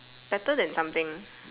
better than something